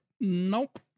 Nope